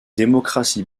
démocratie